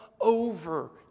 over